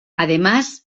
además